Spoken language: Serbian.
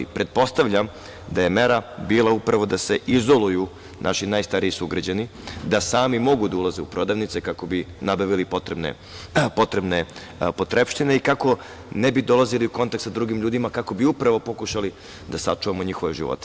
Pretpostavljam da je mera bila upravo da se izoluju naši najstariji sugrađani, da sami mogu da ulaze u prodavnice kako bi nabavili potrebne potrepštine i kako ne bi dolazili u kontakt sa drugim ljudima, kako bi upravo pokušali da sačuvamo njihove živote.